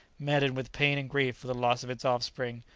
maddened with pain and grief for the loss of its offspring,